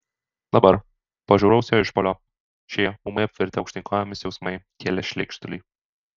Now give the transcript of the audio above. dabar po žiauraus jo išpuolio šie ūmai apvirtę aukštyn kojomis jausmai kėlė šleikštulį